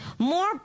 More